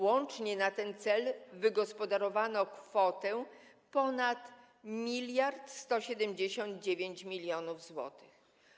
Łącznie na ten cel wygospodarowano kwotę ponad 1179 mln zł.